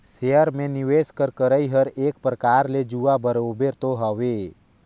share में निवेस कर करई हर एक परकार ले जुआ बरोबेर तो हवे